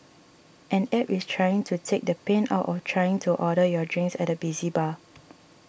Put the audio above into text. an App is trying to take the pain out of trying to order your drinks at a busy bar